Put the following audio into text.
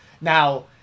Now